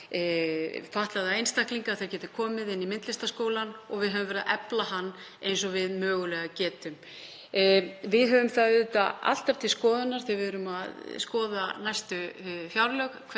það að fatlaðir einstaklingar geti komið inn í skólann, og höfum verið að efla hann eins og við mögulega getum. Við höfum auðvitað alltaf til skoðunar þegar við erum að skoða næstu fjárlög